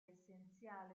essenziale